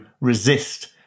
resist